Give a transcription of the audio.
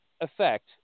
effect